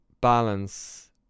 balance